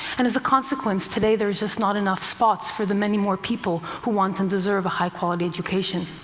and as a consequence, today there is just not enough spots for the many more people who want and deserve a high quality education.